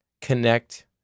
connect